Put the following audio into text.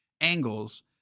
angles